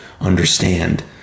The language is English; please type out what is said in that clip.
understand